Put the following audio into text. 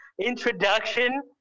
introduction